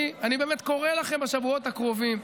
אני באמת קורא לכם בשבועות הקרובים,